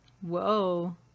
Whoa